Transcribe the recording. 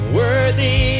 worthy